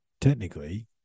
technically